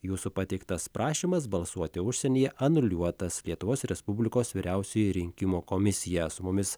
jūsų pateiktas prašymas balsuoti užsienyje anuliuotas lietuvos respublikos vyriausioji rinkimų komisija su mumis